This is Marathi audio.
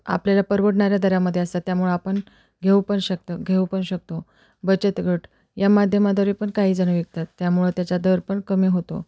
आपल्याला परवडणाऱ्या दरामध्ये असतात त्यामुळे आपण घेऊ पण शकतो घेऊ पण शकतो बचत गट या माध्यमाद्वारे पण काही जण विकतात त्यामुळं त्याचा दर पण कमी होतो